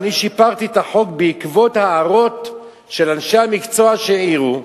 שיפרתי את החוק בעקבות הערות של אנשי המקצוע שהעירו,